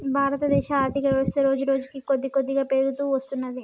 భారతదేశ ఆర్ధికవ్యవస్థ రోజురోజుకీ కొద్దికొద్దిగా పెరుగుతూ వత్తున్నది